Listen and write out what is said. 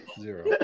zero